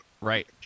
Right